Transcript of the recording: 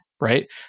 right